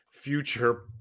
Future